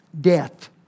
Death